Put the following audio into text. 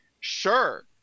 sure